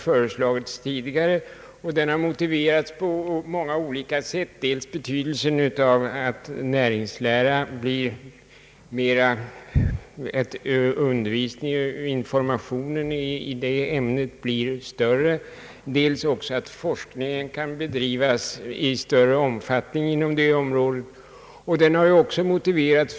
Förslag har tidigare framförts om denna professur, med olika motiveringar. Betydelsen av undervisning och information i ämnet näringslära blir allt större. Det är också värdefullt att forskningen på detta område kan bedrivas i ökad utsträckning.